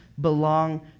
belong